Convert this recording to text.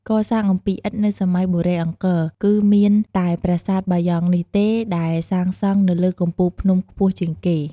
កសាងអំពីឥដ្ឋនៅសម័យបុរេអង្គរ គឺមានតែប្រាសាទបាយ៉ង់នេះទេ ដែលសាងសង់នៅលើកំពូលភ្នំខ្ពស់ជាងគេ។